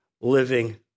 living